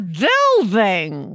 building